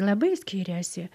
labai skyrėsi